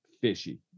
fishy